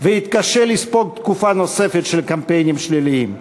ויתקשה לספוג תקופה נוספת של קמפיינים שליליים.